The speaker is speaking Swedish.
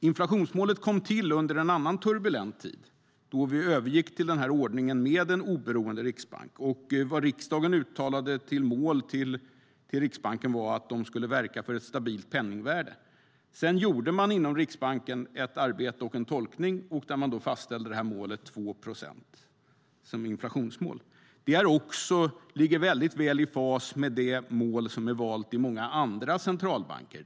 Inflationsmålet kom till under en annan turbulent tid, då vi övergick till ordningen med en oberoende riksbank. Vad riksdagen uttalade som mål till Riksbanken var att den skulle verka för ett stabilt penningvärde. Sedan gjorde man inom Riksbanken ett arbete och en tolkning där man fastställde 2 procent som inflationsmål. Det ligger också väl i fas med de mål som valts i många andra centralbanker.